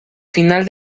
final